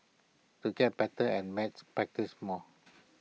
to get better at maths practise more